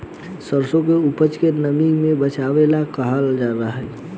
सरसों के उपज के नमी से बचावे ला कहवा रखी?